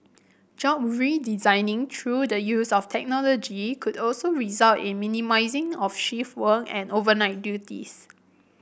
job redesigning through the use of technology could also result in minimising of shift work and overnight duties